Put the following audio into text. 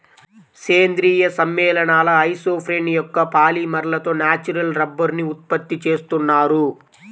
సేంద్రీయ సమ్మేళనాల ఐసోప్రేన్ యొక్క పాలిమర్లతో న్యాచురల్ రబ్బరుని ఉత్పత్తి చేస్తున్నారు